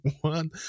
one